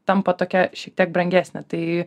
tampa tokia šiek tiek brangesnė tai